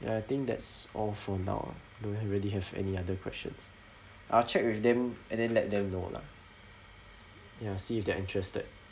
ya I think that's all for now ah don't have really have any other questions I'll check with them and then let them know lah ya see if they're interested